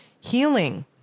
healing